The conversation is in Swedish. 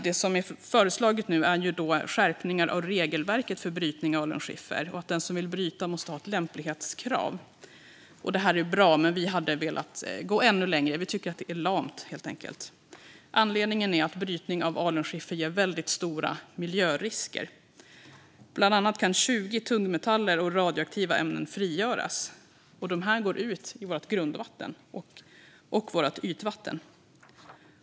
Det som är föreslaget är skärpningar av regelverket för brytning i alunskiffer och lämplighetskrav på den som vill bryta. Det är bra, men vi hade velat gå ännu längre. Vi tycker att det här är lamt. Anledningen är att brytning ur alunskiffer medför stora miljörisker. Bland annat kan 20 tungmetaller och radioaktiva ämnen frigöras, och de går ut i vårt grundvatten och vårt ytvatten.